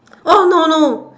oh no no